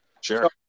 Sure